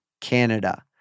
Canada